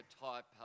type